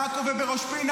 בעכו ובראש פינה,